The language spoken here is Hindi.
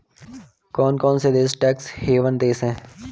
कौन कौन से देश टैक्स हेवन देश हैं?